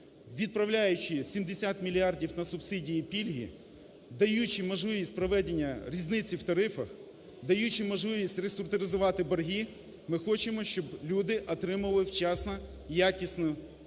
відправляючи 70 мільярдів на субсидії і пільги, даючи можливість проведення різниці в тарифах, даючи можливість реструктуризувати борги, ми хочемо, щоб люди отримували вчасно якісні послуги,